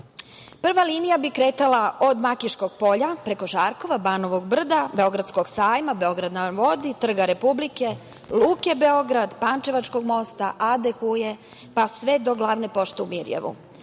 linija bi kretala od Makiškog polja preko Žarkova, Banovog brda, Beogradskog sajma, Beograd na vodi, Trga republike, Luke Beograd, Pančevačkog mosta, Ade Huje, pa sve do Glavne pošte u Mirijevu.